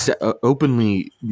openly